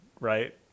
right